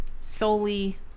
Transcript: solely